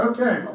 Okay